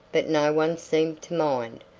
but no one seemed to mind,